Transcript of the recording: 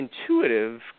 intuitive